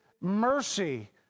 mercy